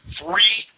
three